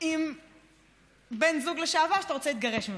עם בן זוג לשעבר שאתה רוצה להתגרש ממנו.